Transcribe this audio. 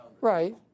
Right